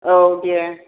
औ दे